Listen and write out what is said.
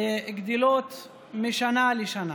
גדלות משנה לשנה.